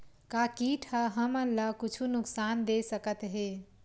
का कीट ह हमन ला कुछु नुकसान दे सकत हे?